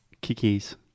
Kiki's